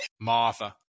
Martha